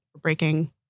breaking